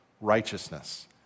righteousness